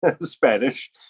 Spanish